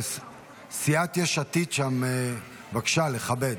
סיעת יש עתיד, בבקשה לכבד.